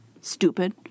Stupid